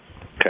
Okay